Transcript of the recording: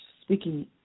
speaking